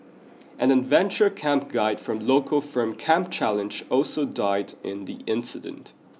an adventure camp guide from local firm Camp Challenge also died in the incident